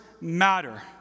matter